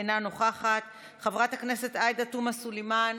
אינה נוכחת, חברת הכנסת עאידה תומא סלימאן,